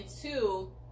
two